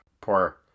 Poor